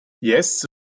Yes